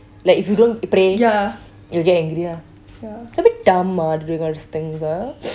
like if you don't pray it'll get angry ah it's a bit dumb ah doing all these things ah